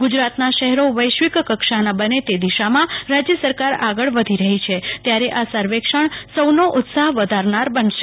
ગુજરાતના શહેરો વૈશ્વિક કક્ષાના બને તે દીશામાં રાજ્ય સરકાર આગળ વધી રહી છે ત્યારે આ સર્વેક્ષણ સૌનો ઉત્સાહ વધારનારા બનશે